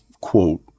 quote